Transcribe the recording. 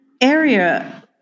area